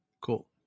cool